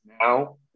now